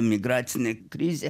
migracinė krizė